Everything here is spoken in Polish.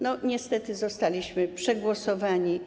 Niestety, zostaliśmy przegłosowani.